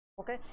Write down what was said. okay